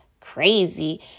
crazy